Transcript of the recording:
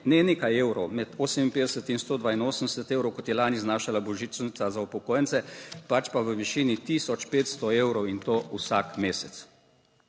ne nekaj evrov, med 58 in 182 evrov, kot je lani znašala božičnica za upokojence, pač pa v višini 1500 evrov in to vsak mesec.